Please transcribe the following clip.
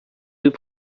deux